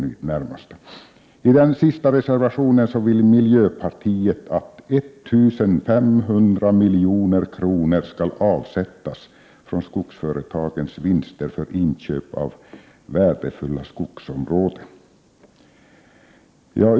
I sin andra reservation vill miljöpartiet att 1 500 milj.kr. skall avsättas från skogsföretagens vinster för inköp av värdefulla skogsområden.